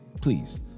Please